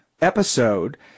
episode